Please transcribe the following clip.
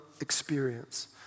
experience